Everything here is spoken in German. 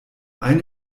eine